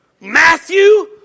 Matthew